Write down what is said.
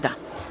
Da.